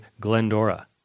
Glendora